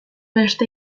beste